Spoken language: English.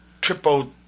Triple